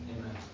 Amen